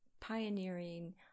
pioneering